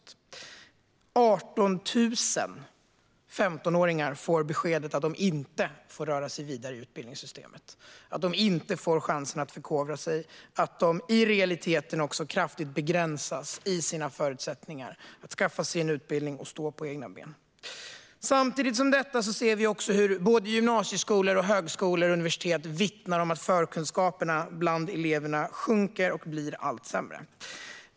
Det var 18 000 15-åringar som fick beskedet att de inte får röra sig vidare i utbildningssystemet, inte får chansen att förkovra sig och i realiteten därmed kraftigt begränsas i sina förutsättningar att skaffa sig en utbildning och stå på egna ben. Samtidigt ser vi hur både gymnasieskolor och högskolor och universitet vittnar om att förkunskaperna bland eleverna sjunker och blir allt sämre.